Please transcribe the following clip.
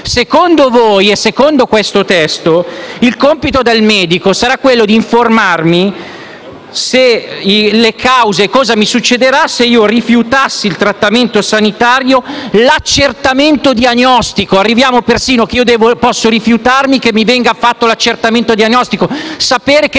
Secondo voi e secondo questo testo il compito del medico sarà quello di informarmi su cosa mi succederà se rifiutassi il trattamento sanitario o perfino l'accertamento diagnostico. Posso addirittura rifiutare che mi venga fatto l'accertamento diagnostico per sapere che